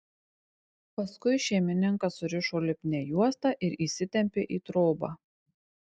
paskui šeimininką surišo lipnia juosta ir įsitempė į trobą